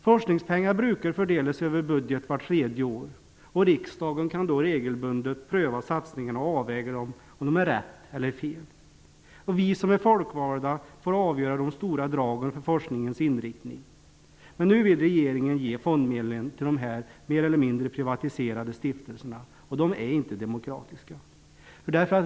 Forskningspengar brukar fördelas över budget vart tredje år, och riksdagen kan då regelbundet pröva satsningarna och avväga om de gjorts rätt eller fel. Vi som är folkvalda får avgöra de stora dragen i fråga om forskningens inriktning. Men nu vill regeringen ge fondmedlen till mer eller mindre privatiserade stiftelser, och de är inte demokratiska.